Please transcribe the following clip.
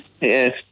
Yes